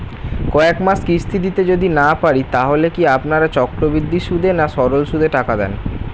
কয়েক মাস কিস্তি দিতে যদি না পারি তাহলে কি আপনারা চক্রবৃদ্ধি সুদে না সরল সুদে টাকা দেন?